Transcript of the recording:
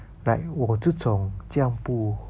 like 我这种这样不